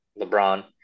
LeBron